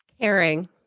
Caring